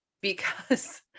because-